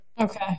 Okay